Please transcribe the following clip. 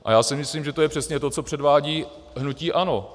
A já si myslím, že to je přesně to, co předvádí hnutí ANO.